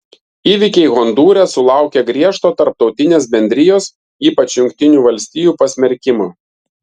įvykiai hondūre sulaukė griežto tarptautinės bendrijos ypač jungtinių valstijų pasmerkimo